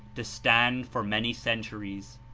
to stand for many centuries.